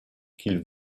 qu’il